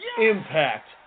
Impact